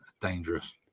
Dangerous